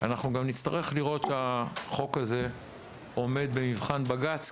אנחנו גם נצטרך לראות שהחוק הזה עומד במבחן בג"ץ,